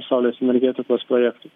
saulės energetikos projektų